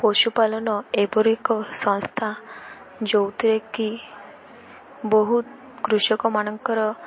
ପଶୁପାଳନ ଏପରି ଏକ ସଂସ୍ଥା ଯେଉଁଥିରେ କିି ବହୁତ କୃଷକ ମାନଙ୍କର